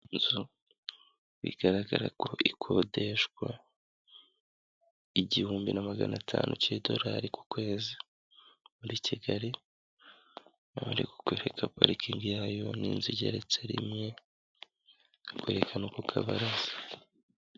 Inzu bigaragara ko ikodeshwa igihumbi na magana atanu cy'idolari ku kwezi. Muri Kigali, hari kwereka parikingi yayo. Ni inzu igeretse rimwe, bari kwerekana ku kabaraza.